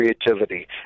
creativity